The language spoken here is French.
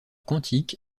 quantique